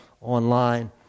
online